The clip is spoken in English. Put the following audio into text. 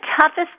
toughest